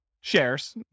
shares